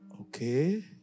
Okay